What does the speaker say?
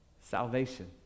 Salvation